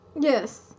Yes